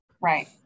right